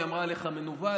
היא אמרה עליך מנוול,